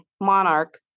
Monarch